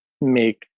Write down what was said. make